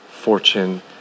fortune